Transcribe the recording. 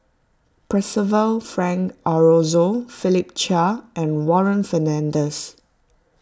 Percival Frank Aroozoo Philip Chia and Warren Fernandez